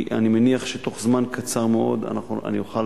אני מניח שתוך זמן קצר מאוד אני אוכל